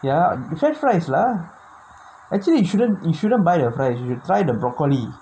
ya fair price lah actually you shouldn't you shouldn't buy the rice buy brocoli